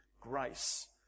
grace